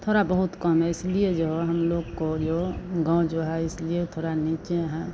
थोड़ा बहुत कम है इसलिए जो है हम लोग को गाँव जो है इसलिए थोड़ा नीचे हैं